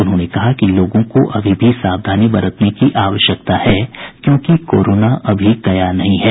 उन्होंने कहा कि लोगों को अभी भी सावधानी बरतने की आश्यकता है क्योंकि कोरोना अभी गया नहीं है